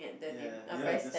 ya you know it just